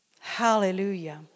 Hallelujah